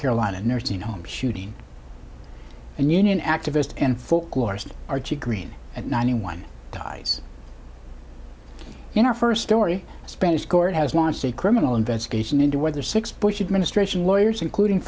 carolina nursing home shooting and union activist and folklorist archie greene at ninety one dies in our first story a spanish court has launched a criminal investigation into whether six bush administration lawyers including